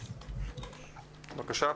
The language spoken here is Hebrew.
בבקשה.